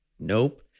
Nope